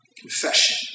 Confession